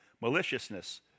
maliciousness